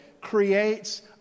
creates